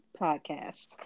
Podcast